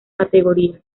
categorías